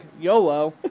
YOLO